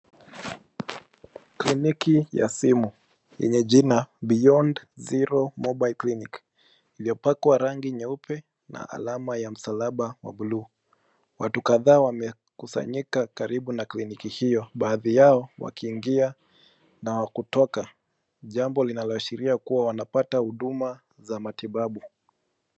Kliniki ya simu yenye jina beyond zero mobile clinic iliyopakwa rangi nyeupe na alama ya msalaba wa buluu ,watu kadhaa wamekusanyika karibu na kliniki hiyo baadhi yao wakiingia na wakutoka jambo linaloashiria kuwa wanapata huduma za matibabu.